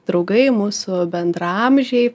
draugai mūsų bendraamžiai